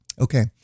Okay